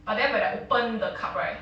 but then when I open the cup right